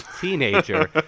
teenager